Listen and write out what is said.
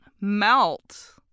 melt